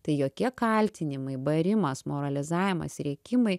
tai jokie kaltinimai barimas moralizavimas rėkimai